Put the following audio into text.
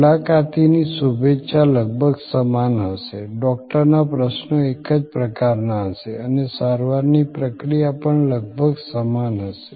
મુલાકાતીની શુભેચ્છા લગભગ સમાન હશે ડૉક્ટરના પ્રશ્નો એક જ પ્રકારના હશે અને સારવારની પ્રક્રિયા પણ લગભગ સમાન હશે